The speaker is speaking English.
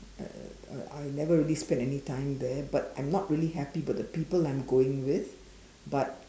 uh I never really spend any time there but I'm not really happy about the people I'm going with but